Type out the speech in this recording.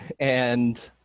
and